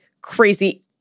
crazy